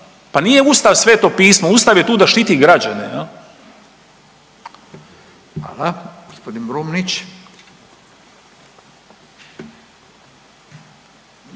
Pa nije Ustav sveto pismo, Ustav je tu da štiti građane. **Radin, Furio